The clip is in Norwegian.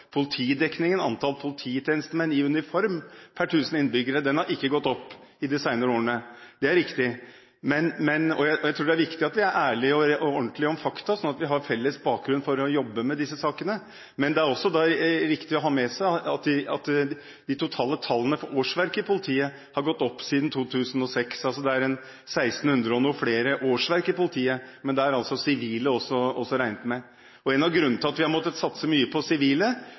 politidekningen, antall polititjenestemenn i uniform per tusen innbygger, er ikke gått opp i de senere årene. Det er riktig. Jeg tror det er viktig at vi er ærlige og ordentlige om fakta, sånn at vi har felles bakgrunn for å jobbe med disse sakene. Men det er også riktig å ha med seg at de totale tallene for årsverk i politiet har gått opp siden 2006 – det er vel 1 600 flere årsverk i politiet, men der er også sivile regnet med. En av grunnene til at vi har måttet satse mye på sivile,